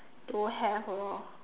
don't have lor